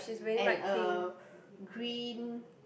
and a green